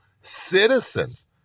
citizens